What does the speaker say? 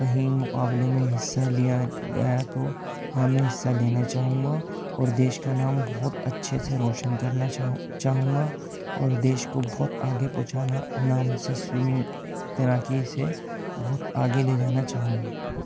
کہیں مقابلے میں حصہ لیا گیا تو ہاں میں حصہ لینا چاہوں گا اور دیش کا نام بہت اچھے سے روشن کرنا چاہوں چاہوں گا اور دیش کو بہت آگے پہنچانا نام سے سویمنیگ تیراکی سے بہت آگے لے جانا چاہوں گا